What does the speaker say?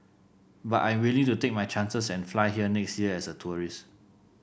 but I'm willing to take my chances and fly here next year as a tourist